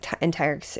entire